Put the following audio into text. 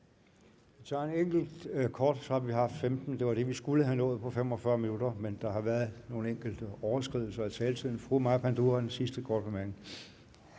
Vi tager en enkelt kort bemærkning til. Så har vi haft 15, og det var det, vi skulle have nået på 45 minutter, men der har været nogle enkelte overskridelser af taletiden. Fru Maja Panduro som den sidste for en